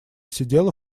сидела